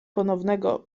ponownego